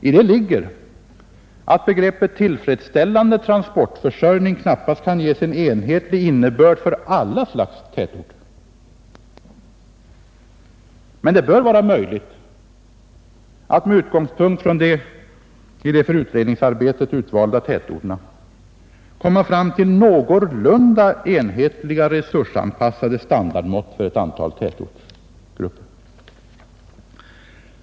Därav följer att begreppet tillfredsställande trafikförsörjning knappast kan ges en enhetlig innebörd för alla slags tätorter. Men det bör vara möjligt att med utgångspunkt från de för utredningsarbetet utvalda tätorterna komma fram till någorlunda enhetliga resursanpassade standardmått för ett antal tätortstyper.